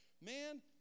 man